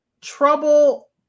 trouble